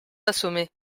assommés